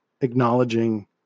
acknowledging